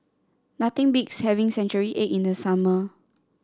nothing beats having Century Egg in the summer